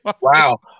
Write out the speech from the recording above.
Wow